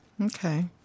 Okay